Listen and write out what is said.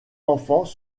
enfants